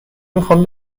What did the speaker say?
میخوام